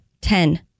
ten